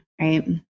Right